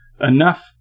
enough